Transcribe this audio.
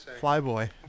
Flyboy